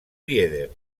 lieder